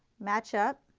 match up,